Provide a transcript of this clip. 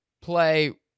play